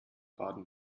baden